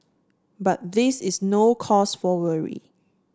but this is no cause for worry